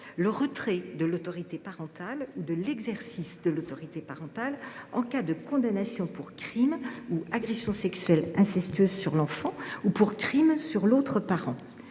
le retrait de l’autorité parentale ou de l’exercice de l’autorité parentale en cas de condamnation pour crime ou agression sexuelle incestueuse sur l’enfant ou pour crime sur l’autre parent.